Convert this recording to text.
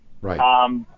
Right